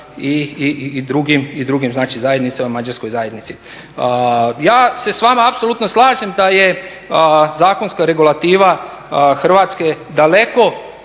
znači zajednicama, Mađarskoj zajednici. Ja se s vama apsolutno slažem da je zakonska regulativa Hrvatske daleko